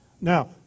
Now